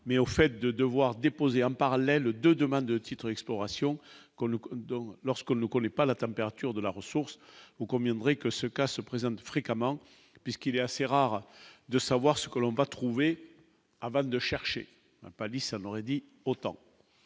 mais au fait de devoir déposer en parallèle 2 demain de titre exploration qu'on nous donne lorsqu'on ne connaît pas la température de la ressource, ô combien vrai que ce cas se présentent fréquemment puisqu'il est assez rare de savoir ce que l'on va trouver avant de chercher un palissade n'aurait dit autant